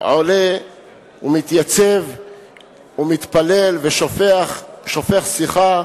עולה ומתייצב ומתפלל ושופך שיחה